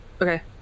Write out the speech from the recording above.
okay